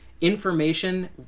information